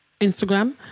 Instagram